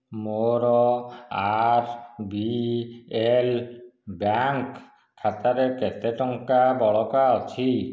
ମୋ R B L bank ଖାତାରେ କେତେ ଟଙ୍କା ବଳକା ଅଛି